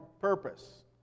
purpose